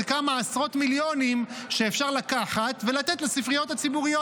זה כמה עשרות מיליונים שאפשר לקחת ולתת לספריות הציבוריות,